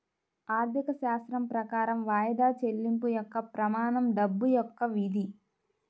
ఆర్థికశాస్త్రం ప్రకారం వాయిదా చెల్లింపు యొక్క ప్రమాణం డబ్బు యొక్క విధి